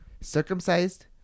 circumcised